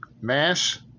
Mass